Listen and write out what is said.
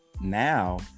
now